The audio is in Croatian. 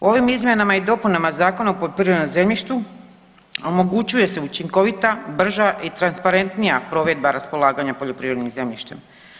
Ovim izmjenama i dopunama Zakona o poljoprivrednom zemljištu omogućuje se učinkovita, brža i transparentnija provedba raspolaganja poljoprivrednim zemljištem.